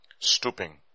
stooping